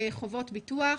חובות ביטוח,